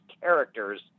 characters